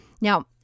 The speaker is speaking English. Now